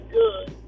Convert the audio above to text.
good